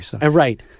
right